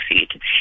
succeed